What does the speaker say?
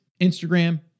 Instagram